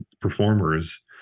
performers